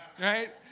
right